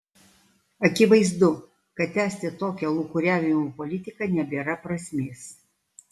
akivaizdu kad tęsti tokią lūkuriavimo politiką nebėra prasmės